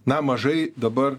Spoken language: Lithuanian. na mažai dabar